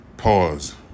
Pause